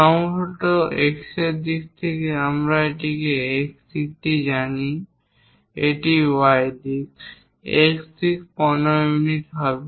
সম্ভবত X দিক থেকে এখানে আমরা X দিককে জানি এটি Y দিক X দিক 15 ইউনিট হবে